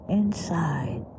inside